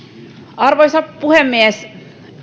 arvoisa puhemies